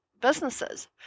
businesses